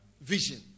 vision